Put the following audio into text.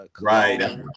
right